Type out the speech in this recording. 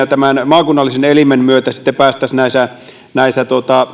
tämän maakunnallisen elimen myötä sitten päästäisiin näissä näissä